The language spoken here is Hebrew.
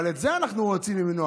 אבל את זה אנחנו רוצים למנוע,